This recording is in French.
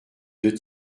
deux